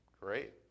Great